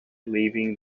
leaving